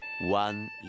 One